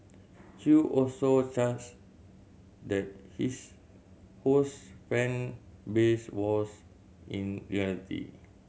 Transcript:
Chew also charged that his Ho's fan base was in reality